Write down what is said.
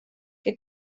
que